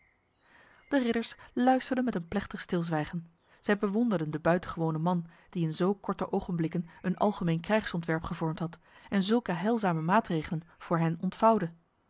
de ridders luisterden met een plechtig stilzwijgen zij bewonderden de buitengewone man die in zo korte ogenblikken een algemeen krijgsontwerp gevormd had en zulke heilzame maatregelen voor hen ontvouwde